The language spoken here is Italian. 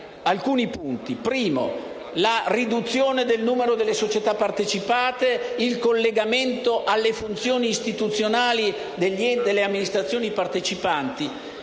innanzitutto, la riduzione del numero delle società partecipate; il collegamento alle funzioni istituzionali delle amministrazioni partecipanti;